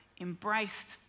embraced